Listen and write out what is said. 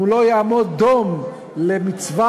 אם הוא לא יעמוד דום למצוות